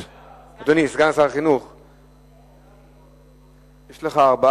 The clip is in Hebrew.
אדוני סגן שר החינוך, יש לך ארבע